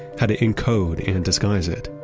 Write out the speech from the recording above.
how to encode and disguise it,